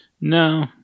No